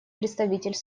представитель